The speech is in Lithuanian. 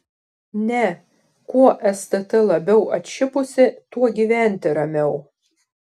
ne kuo stt labiau atšipusi tuo gyventi ramiau